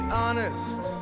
honest